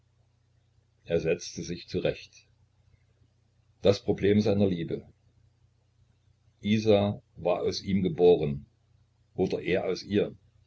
er setzte sich zurecht das problem seiner liebe isa war aus ihm geboren oder er aus ihr